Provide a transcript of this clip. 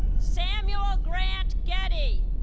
samuel ah grant geddie